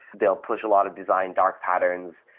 they'll push a lot of design dark patterns,